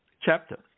chapter